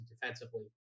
defensively